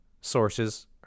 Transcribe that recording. sources